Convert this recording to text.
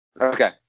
Okay